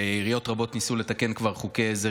שעיריות רבות ניסו לתקן כבר חוקי עזר